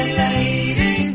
lady